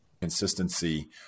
Consistency